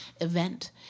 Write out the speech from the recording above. event